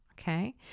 okay